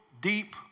deep